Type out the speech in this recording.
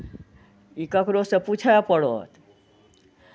ई ककरोसँ पूछय पड़त